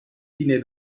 fine